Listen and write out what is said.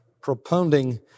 propounding